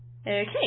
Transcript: Okay